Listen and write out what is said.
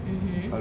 mmhmm